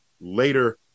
later